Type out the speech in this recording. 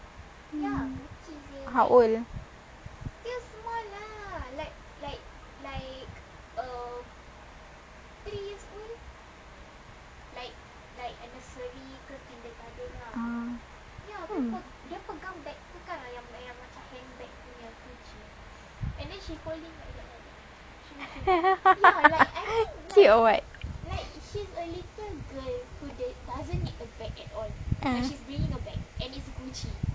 how old cute or what ah